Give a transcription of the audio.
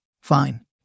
Fine